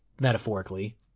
metaphorically